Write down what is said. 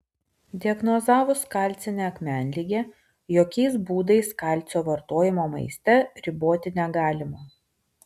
diagnozavus kalcinę akmenligę jokiais būdais kalcio vartojimo maiste riboti negalima